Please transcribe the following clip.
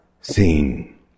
seen